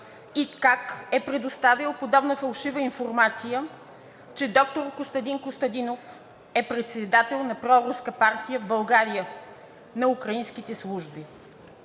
и как е предоставил подобна фалшива информация, че доктор Костадин Костадинов е председател на проруска партия в България, на украинските служби.